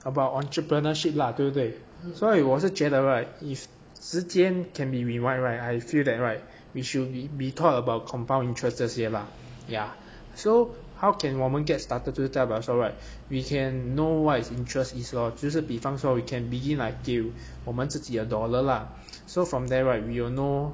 about entrepreneurship lah 对不对所以我是觉得 right if 时间 can be rewind right I feel that right we should we be talked about compound interest 这些 lah ya so how can 我们 get started 就是代表说 right we can know what is interest is lor 就是比方说 we can begin like deal 我们自己的 dollar lah so from there right we'll know